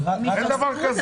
אין דבר כזה.